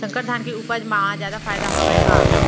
संकर धान के उपज मा जादा फायदा हवय का?